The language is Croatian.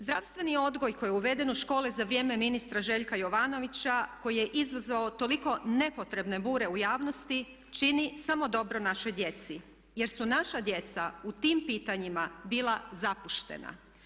Zdravstveni odgoj koji je uveden u škole za vrijeme ministra Željka Jovanovića koji je izazvao toliko nepotrebne bure u javnosti čini samo dobro našoj djeci, jer su naša djeca u tim pitanjima bila zapuštena.